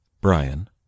Brian